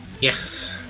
Yes